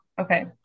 Okay